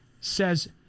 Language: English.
says